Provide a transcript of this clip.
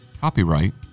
Copyright